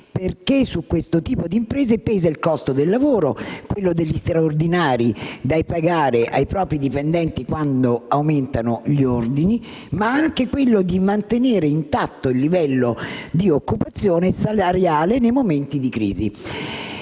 su questo tipo di imprese pesano il costo del lavoro, quello degli straordinari da pagare ai propri dipendenti quando aumentano gli ordini, ma anche quello di mantenere intatto il livello occupazionale e salariale nei momenti di crisi.